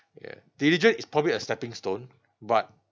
ya diligent is probably a stepping stone but